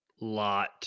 lot